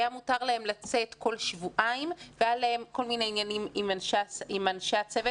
היה מותר להם לצאת כל שבועיים והיו להם כל מיני עניינים עם אנשי הצוות.